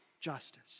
justice